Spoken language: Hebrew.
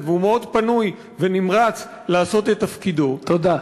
והוא מאוד פנוי ונמרץ לעשות את תפקידו --- תודה.